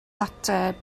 ateb